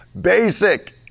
basic